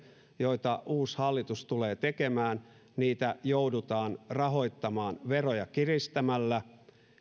joita uusi hallitus tulee tekemään joudutaan rahoittamaan veroja kiristämällä